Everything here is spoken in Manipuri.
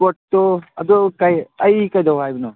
ꯏꯁꯄꯣꯔꯠꯇꯣ ꯑꯗꯨ ꯀꯔꯤ ꯑꯩ ꯀꯩꯗꯧ ꯍꯥꯏꯕꯅꯣ